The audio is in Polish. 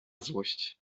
złość